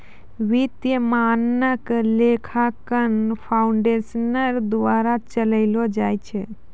वित्तीय मानक लेखांकन फाउंडेशन द्वारा चलैलो जाय छै